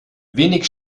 wenig